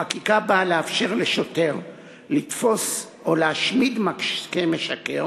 החקיקה באה לאפשר לשוטר לתפוס או להשמיד משקה משכר